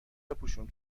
بپوشون